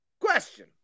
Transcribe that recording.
question